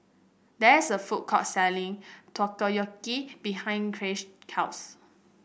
there is a food court selling Takoyaki behind Chace's house